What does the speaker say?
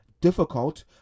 difficult